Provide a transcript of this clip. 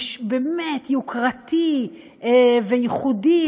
באמת יוקרתי וייחודי,